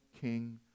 king